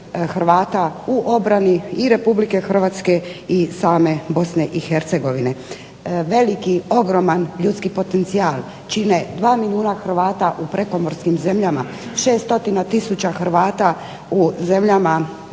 Hrvata u obrani i Republike Hrvatske i same Bosne i Hercegovine. Veliki ogroman ljudski potencijal čine 2 milijuna Hrvata u prekomorskim zemljama, 6 stotina tisuća Hrvata u zemljama Europe,